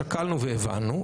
שקלנו והבנו,